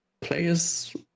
players